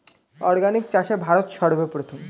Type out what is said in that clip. organic চাষে ভারত সর্বপ্রথম